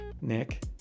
Nick